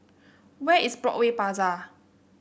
where is Broadway Plaza